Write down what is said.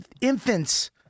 infants